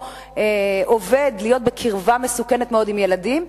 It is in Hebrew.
עובד להיות בקרבה מסוכנת מאוד עם ילדים,